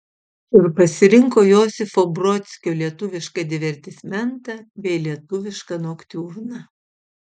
ir pasirinko josifo brodskio lietuvišką divertismentą bei lietuvišką noktiurną